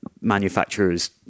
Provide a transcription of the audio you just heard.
manufacturer's